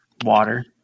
Water